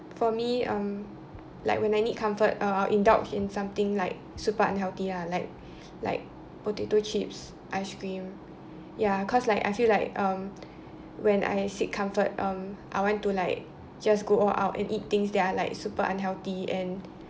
for me um like when I need comfort uh I'll indulge in something like super unhealthy lah like like potato chips ice cream ya cause like I feel like um when I seek comfort um I want to like just go all out and eat things that are like super unhealthy and